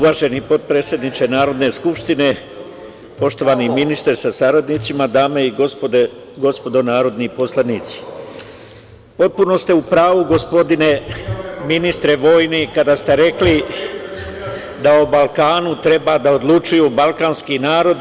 Uvaženi potpredsedniče Narodne skupštine, poštovani ministre sa saradnicima, dame i gospodo narodni poslanici, potpuno ste u pravu, gospodine ministre vojni, kada ste rekli da o Balkanu treba da odlučuju balkanski narodi.